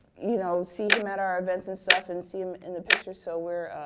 you know, see him at our events and stuff and see him in the pictures. so we're